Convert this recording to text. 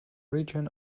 region